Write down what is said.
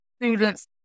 students